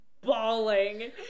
bawling